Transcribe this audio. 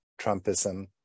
Trumpism